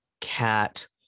cat